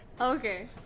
Okay